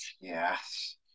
Yes